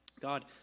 God